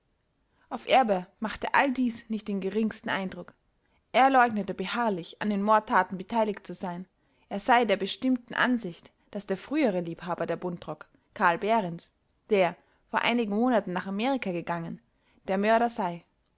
auf erbe machte all dies nicht den geringsten eindruck er leugnete beharrlich an den mordtaten beteiligt zu sein er sei der bestimmten ansicht daß der frühere liebhaber der buntrock carl behrens der vor einigen monaten nach amerika gegangen der mörder sei